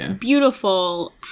beautiful